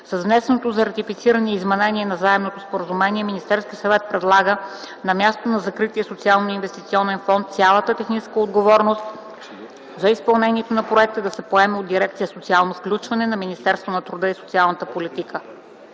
С внесеното за ратифициране изменение на Заемното споразумение Министерският съвет предлага на мястото на закрития Социално-инвестиционен фонд цялата техническа отговорност за изпълнението на проекта да се поеме от дирекция „Социално включване” на Министерството на труда и социалната политика.